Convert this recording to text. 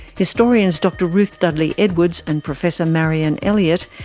historians dr ruth dudley edwards and professor marianne elliott,